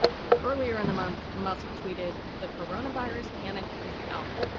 so earlier in the month, musk tweeted, the corona virus panic is dumb.